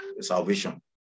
salvation